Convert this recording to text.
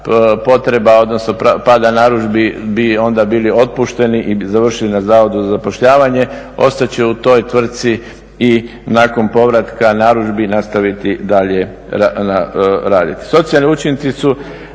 potreba, odnosno pada narudžbi bi onda bili otpušteni i završili na zavodu za zapošljavanje, ostat će u toj tvrtci i nakon povratka narudžbi nastaviti dalje raditi.